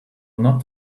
not